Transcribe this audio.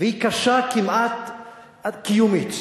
והיא קשה כמעט עד קיומית.